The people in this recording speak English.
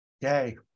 Yay